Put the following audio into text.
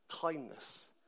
Kindness